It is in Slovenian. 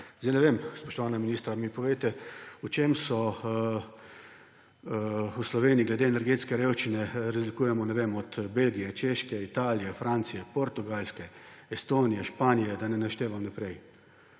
nič ne premakne. Spoštovana ministra, povejta, v čem se v Sloveniji glede energetske revščine razlikujemo od, ne vem, Belgije, Češke, Italije, Francije, Portugalske, Estonije, Španije, da ne naštevam naprej.